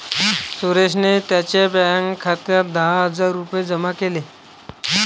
सुरेशने त्यांच्या बँक खात्यात दहा हजार रुपये जमा केले